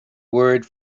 word